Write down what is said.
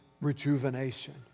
rejuvenation